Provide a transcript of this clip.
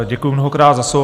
Děkuji mnohokrát za slovo.